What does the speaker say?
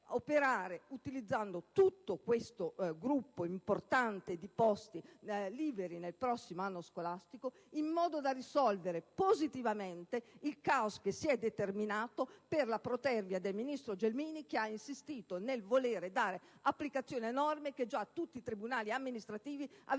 utilizzando tutto questo consistente gruppo di posti liberi nel prossimo anno scolastico, in modo da risolvere positivamente il caos che si è determinato per la protervia del ministro Gelmini, che ha insistito nel voler dare applicazione a norme che già vari tribunali amministrativi avevano